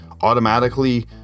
automatically